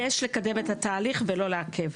יש לקדם את התהליך ולא לעכב.